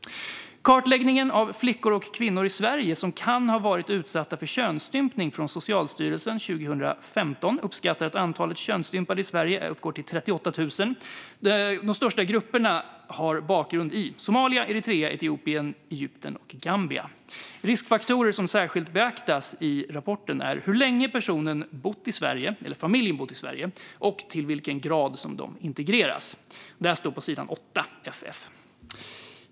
Kartläggningen av flickor och kvinnor i Sverige som kan ha varit utsatta för könsstympning, som gjordes av Socialstyrelsen 2015, uppskattar att antalet könsstympade i Sverige uppgår till 38 000. De största grupperna har bakgrund i Somalia, Eritrea, Etiopien, Egypten och Gambia. Riskfaktorer som särskilt beaktas i rapporten är hur länge familjen bott i Sverige och i vilken grad personerna har integrerats. Detta står på sidan 8 och följande.